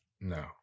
No